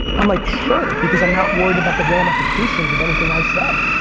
i'm like sure, because i'm not worried about the ramifications of anything i say.